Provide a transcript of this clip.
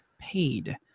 paid